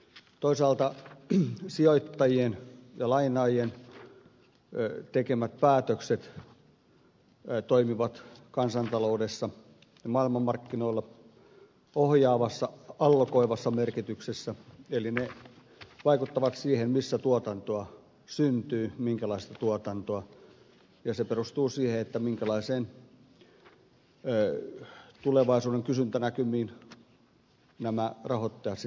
toisaalta sijoittajien ja lainaajien tekemät päätökset toimivat kansantaloudessa ja maailmanmarkkinoilla ohjaavassa allokoivassa merkityksessä eli ne vaikuttavat siihen missä tuotantoa syntyy minkälaista tuotantoa ja se perustuu siihen minkälaisiin tulevaisuuden kysyntänäkymiin nämä rahoittajat sitten uskovat